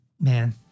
man